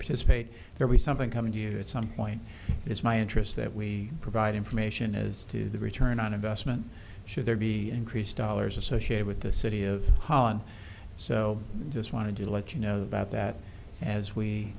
participate there was something coming to you at some point it's my interest that we provide information as to the return on investment should there be increased dollars associated with the city of holland so just wanted to let you know about that as we